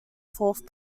fourth